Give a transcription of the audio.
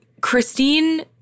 Christine